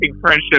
friendship